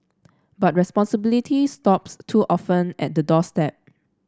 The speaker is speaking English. but responsibility stops too often at the doorstep